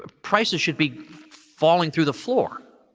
ah prices should be falling through the floor.